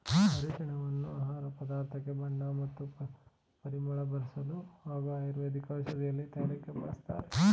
ಅರಿಶಿನವನ್ನು ಆಹಾರ ಪದಾರ್ಥಕ್ಕೆ ಬಣ್ಣ ಮತ್ತು ಪರಿಮಳ ಬರ್ಸಲು ಹಾಗೂ ಆಯುರ್ವೇದ ಔಷಧಿ ತಯಾರಕೆಲಿ ಬಳಸ್ತಾರೆ